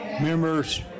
Members